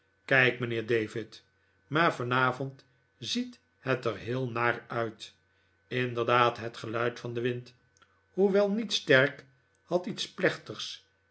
kijk mijnheer david maar vanavond ziet het er heel naar uit inderdaad het geluid van den wind hoewel niet sterk had iets plechtigs